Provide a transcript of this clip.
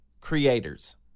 creators